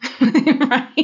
Right